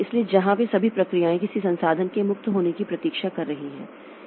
इसलिए जहां वे सभी प्रक्रियाएं किसी संसाधन के मुक्त होने की प्रतीक्षा कर रही है